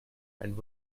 and